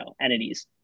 entities